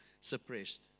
suppressed